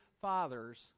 fathers